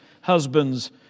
husbands